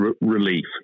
relief